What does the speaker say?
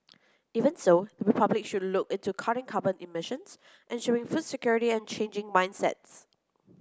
even so Republic should look into cutting carbon emissions ensuring food security and changing mindsets